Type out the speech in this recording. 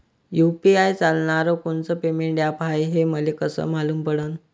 UPI चालणारं कोनचं payment app हाय, हे मले कस मालूम पडन?